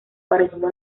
parecido